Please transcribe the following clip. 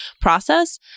process